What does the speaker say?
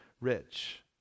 rich